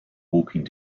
walking